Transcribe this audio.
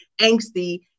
angsty